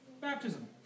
Baptism